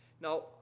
Now